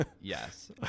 Yes